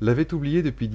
l'avaient oublié depuis